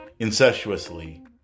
incestuously